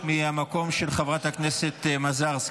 הסתה לטרור ברשתות חברתיות),